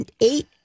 eight